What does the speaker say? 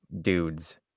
dudes